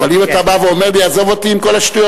אבל אם אתה בא ואומר לי: עזוב אותי עם כל השטויות,